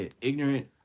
ignorant